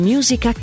Music